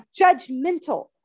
judgmental